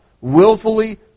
willfully